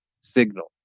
signal